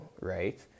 right